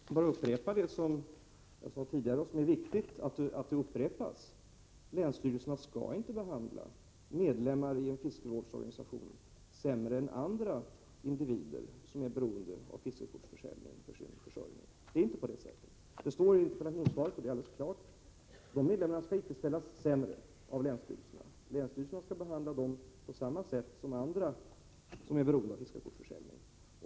Herr talman! Får jag upprepa det som jag sade tidigare. Det är faktiskt viktigt att det upprepas. Länsstyrelserna skall inte behandla medlemmar i en fiskevårdsorganisation sämre än andra individer som för sin försörjning är beroende av fiskekortsförsäljning. Jag sade det i mitt interpellationssvar, och det är helt klart. De medlemmarna skall icke ställas i en sämre situation. Länsstyrelserna skall behandla dem på samma sätt som andra som är beroende av fiskekortsförsäljning.